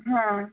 হ্যাঁ